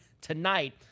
tonight